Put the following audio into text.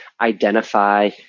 identify